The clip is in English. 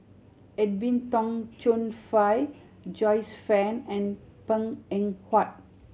Edwin Tong Chun Fai Joyce Fan and Png Eng Huat